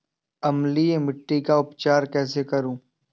अम्लीय मिट्टी का उपचार कैसे करूँ?